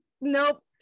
nope